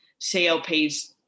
CLPs